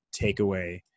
takeaway